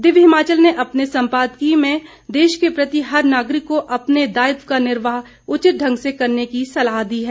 दिव्य हिमाचल ने अपने संपादकीय में देश के प्रति हर नागरिक को अपने दायित्व का निर्वाह उचित ढंग से करने की सलाह दी है